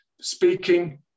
speaking